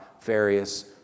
various